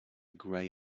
gray